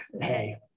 hey